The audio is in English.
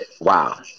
wow